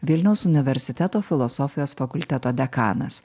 vilniaus universiteto filosofijos fakulteto dekanas